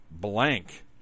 blank